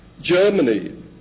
Germany